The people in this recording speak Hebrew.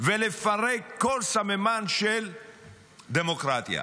ולפרק כל סממן של דמוקרטיה.